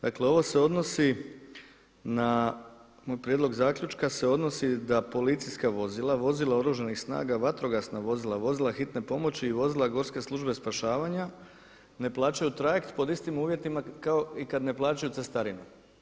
Dakle, ovo se odnosi na, moj prijedlog zaključka se odnosi da policijska vozila, vozila Oružanih snaga, vatrogasna vozila, vozila hitne pomoći i vozila Gorske službe spašavanja ne plaćaju trajekt pod istim uvjetima kao i kad ne plaćaju cestarinu.